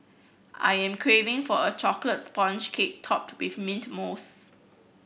I am craving for a chocolate sponge cake topped with mint mousse